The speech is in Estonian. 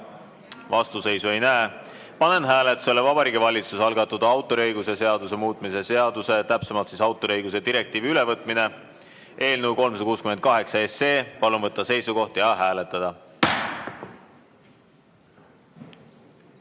Vastuseisu ei näe. Panen hääletusele Vabariigi Valitsuse algatatud autoriõiguse seaduse muutmise seaduse (autoriõiguse direktiivide ülevõtmine) eelnõu 368. Palun võtta seisukoht ja hääletada!